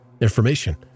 information